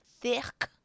thick